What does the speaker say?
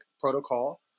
protocol